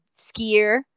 skier